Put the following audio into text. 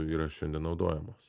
yra šiandien naudojamos